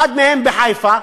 אחד מהם בחיפה,